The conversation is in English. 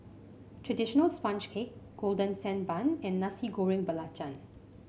traditional sponge cake Golden Sand Bun and Nasi Goreng Belacan